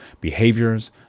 behaviors